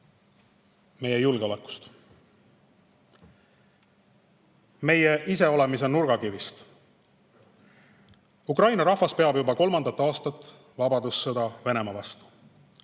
meie julgeolekust, meie iseolemise nurgakivist. Ukraina rahvas peab juba kolmandat aastat vabadussõda Venemaa vastu.